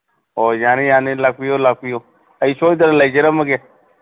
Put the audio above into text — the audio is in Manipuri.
ꯑꯣ ꯌꯥꯅꯤ ꯌꯥꯅꯤ ꯂꯥꯛꯄꯤꯌꯨ ꯂꯥꯛꯄꯤꯌꯨ ꯑꯩ ꯁꯣꯏꯗꯅ ꯂꯩꯖꯔꯝꯃꯒꯦ